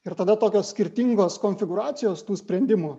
ir tada tokios skirtingos konfigūracijos tų sprendimų